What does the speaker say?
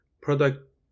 product